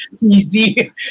Easy